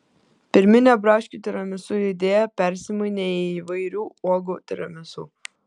pirminė braškių tiramisu idėja persimainė į įvairių uogų tiramisu